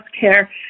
care